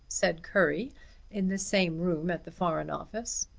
said currie in the same room at the foreign office.